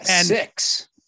six